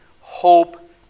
hope